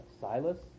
Silas